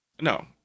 no